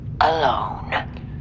alone